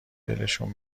دلشون